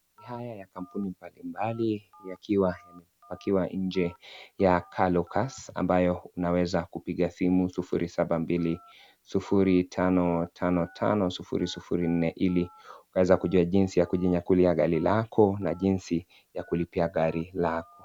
Miaya ya kampuni mbalimbali yakiwa nje ya Carlo Gas ambayo unaweza kupiga simu sufuri Saba mbili sufuri tano tano tano sufuri sufuri nne Ili ukaweza kujua jinsi ya kujinyakulia gari lako na jinsi ya kulipia gari lako.